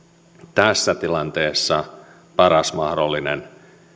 tässä tilanteessa paras mahdollinen